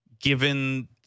given